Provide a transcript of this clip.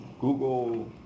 Google